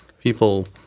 people